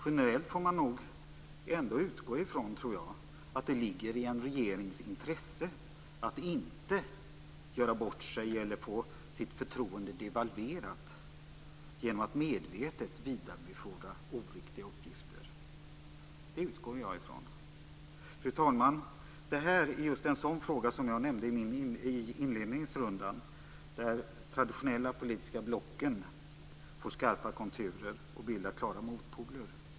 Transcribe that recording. Generellt får man nog ändå utgå från att det ligger i en regerings intresse att inte göra bort sig eller få sitt förtroende devalverat genom att medvetet vidarebefordra oriktiga uppgifter. Detta utgår jag från. Fru talman! Det här är just en sådan fråga som jag nämnde i inledningsrundan där de traditionella politiska blocken får skarpa konturer och bildar klara motpoler.